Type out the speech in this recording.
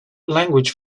language